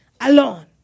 alone